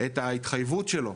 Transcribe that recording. את ההתחייבות שלו,